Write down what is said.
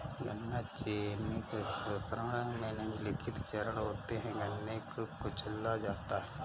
गन्ना चीनी प्रसंस्करण में निम्नलिखित चरण होते है गन्ने को कुचला जाता है